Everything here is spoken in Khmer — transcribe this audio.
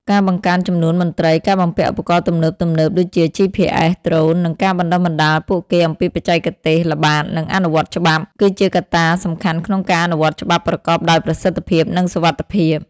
ការបង្កើនចំនួនមន្ត្រី ការបំពាក់ឧបករណ៍ទំនើបៗ ដូចជា GPS ដ្រូន និងការបណ្តុះបណ្តាលពួកគេអំពីបច្ចេកទេសល្បាត និងអនុវត្តច្បាប់ គឺជាកត្តាសំខាន់ក្នុងការអនុវត្តច្បាប់ប្រកបដោយប្រសិទ្ធភាព និងសុវត្ថិភាព។